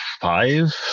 five